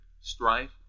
Strife